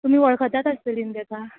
तुमी वळखतात आसतली न्हू ताका